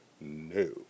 no